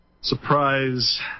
surprise